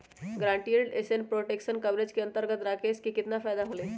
Guaranteed asset protection coverage के अंतर्गत राकेश के कितना फायदा होलय?